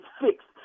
fixed